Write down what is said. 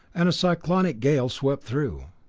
and a cyclonic gale swept through.